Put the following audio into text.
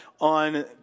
on